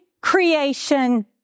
creation